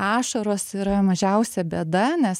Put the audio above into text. ašaros yra mažiausia bėda nes